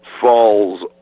falls